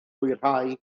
hwyrhau